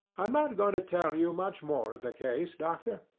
i'm not going to tell you much more of the case, doctor.